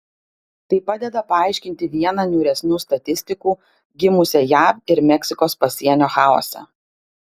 tai padeda paaiškinti vieną niūresnių statistikų gimusią jav ir meksikos pasienio chaose